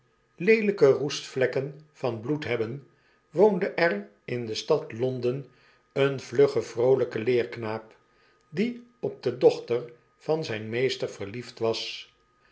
hebben woonde er in de stad londen een vlugge vroolpe leerknaap die op de dochter van zijnen meester verliefd was